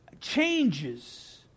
changes